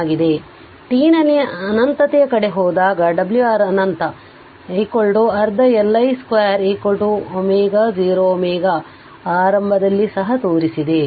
ಆದ್ದರಿಂದ t ನಲ್ಲಿ ಅನಂತತೆಯ ಕಡೆ ಹೋದಾಗ ω R ಅನಂತ ಅರ್ಧ L I0 ಸ್ಕ್ವೇರ್ ω 0 ω ಆರಂಭದಲ್ಲಿ ಸಹ ತೋರಿಸಿದೆ